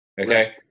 Okay